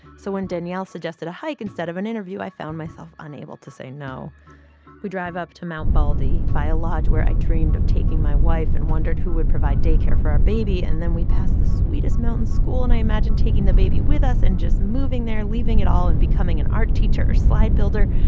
so when daniel suggested a hike instead of an interview, i found myself unable to say no we drive up to mount baldy, by a lodge where i dreamed of taking my wife and wondered who would provide day care for our baby. and then we passed the sweetest mountain school, and i imagined taking the baby with us and just moving there, leaving it all and becoming an art teacher or slide builder.